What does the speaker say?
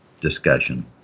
discussion